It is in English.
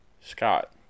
Scott